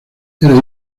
era